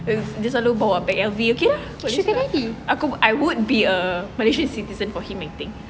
selalu bawa bag L_V okay lah aku I would be a malaysian citizen for him I think